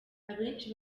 abenshi